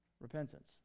Repentance